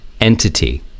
entity